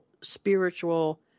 spiritual